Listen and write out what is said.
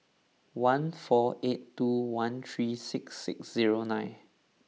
one four eight two one three six six zero nine